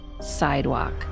sidewalk